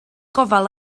gofal